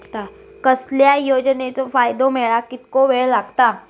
कसल्याय योजनेचो फायदो मेळाक कितको वेळ लागत?